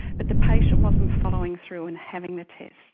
but the patient wasn't following through and having the test.